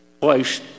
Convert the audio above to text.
place